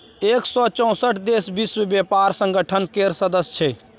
एक सय चौंसठ देश विश्व बेपार संगठन केर सदस्य छै